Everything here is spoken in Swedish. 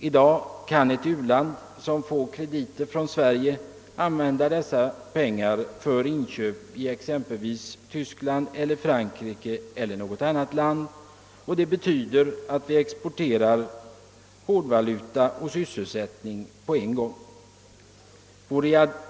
I dag kan ett u-land, som får krediter från Sverige, använda dessa pengar för inköp i Tyskland eller Frankrike eller något annat land. Det betyder att vi exporterar hårdvaluta och sysselsättning på en gång.